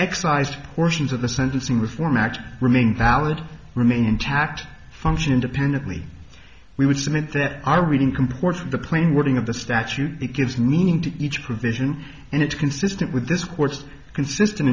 excised portions of the sentencing reform act remain valid remain intact function independently we would submit that our reading comports of the clean wording of the statute it gives meaning to each provision and it's consistent with this court's consistent